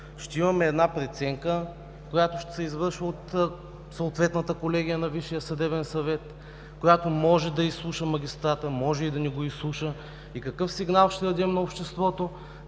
Ще имаме преценка, която ще се извършва от съответната колегия на Висшия съдебен съвет, която може да изслуша магистрата, може и да не го изслуша. И какъв сигнал ще дадем на обществото?